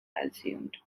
assumed